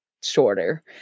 shorter